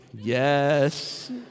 Yes